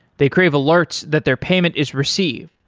they crave alerts that their payment is received.